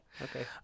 Okay